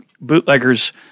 bootleggers